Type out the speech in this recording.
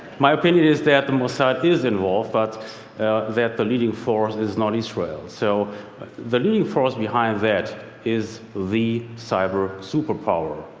my opinion is that the mossad is involved, but that the leading force is not israel. so the leading force behind that is the cyber superpower.